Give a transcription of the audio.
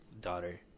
daughter